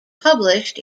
published